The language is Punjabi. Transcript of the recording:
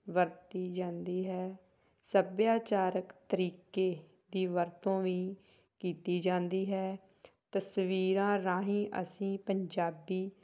ਵਰਤੀ ਜਾਂਦੀ ਹੈ ਸੱਭਿਆਚਾਰਕ ਤਰੀਕੇ ਦੀ ਵਰਤੋਂ ਵੀ ਕੀਤੀ ਜਾਂਦੀ ਹੈ ਤਸਵੀਰਾਂ ਰਾਹੀਂ ਅਸੀਂ ਪੰਜਾਬੀ